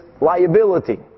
liability